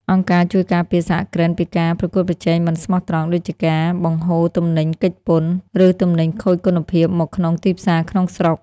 អង្គការជួយការពារសហគ្រិនពីការប្រកួតប្រជែងមិនស្មោះត្រង់ ដូចជាការបង្ហូរទំនិញគេចពន្ធ ឬទំនិញខូចគុណភាពមកក្នុងទីផ្សារក្នុងស្រុក